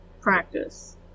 practice